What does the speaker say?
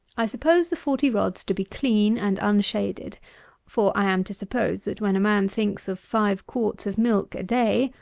i suppose the forty rods to be clean and unshaded for i am to suppose, that when a man thinks of five quarts of milk a day,